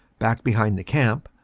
back behind the camp,